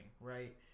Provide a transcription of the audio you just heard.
right